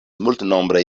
multnombraj